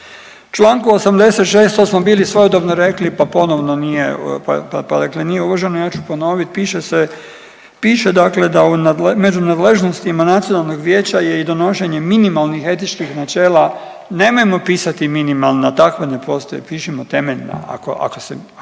Članku 86. to smo bili svojedobno rekli pa ponovno nije, pa dakle nije uvaženo ja ću ponoviti, piše se, piše dakle da u, među nadležnostima nacionalnog vijeća je i donošenje minimalnih etičkih načela, nemojmo pisati minimalna takva ne postoje, pišimo temeljna ako se, ako se